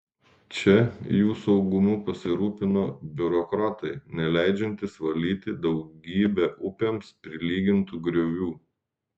čia jų saugumu pasirūpino biurokratai neleidžiantys valyti daugybę upėms prilygintų griovių